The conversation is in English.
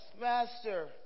Master